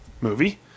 movie